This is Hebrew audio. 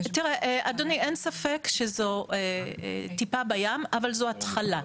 תראה אדוני, אין ספק שזו טיפה בים, אבל זו התחלה.